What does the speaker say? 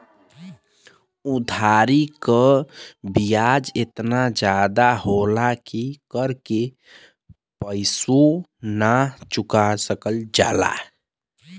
उधारी क बियाज एतना जादा होला कि कर के पइसवो ना चुका सकल जाला